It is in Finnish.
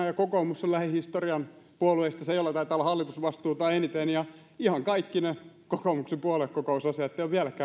ja kokoomus on lähihistorian puolueista se jolla taitaa olla hallitusvastuuta eniten ja ihan kaikki ne kokoomuksen puoluekokousasiat